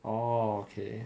oh okay